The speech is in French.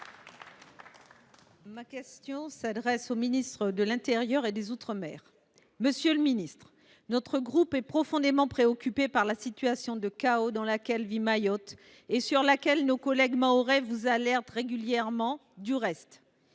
Ma question s’adresse au ministre de l’intérieur et des outre mer. Monsieur le ministre, notre groupe est profondément préoccupé par la situation de chaos dans laquelle vit Mayotte et sur laquelle, du reste, nos collègues mahorais vous alertent régulièrement. La crise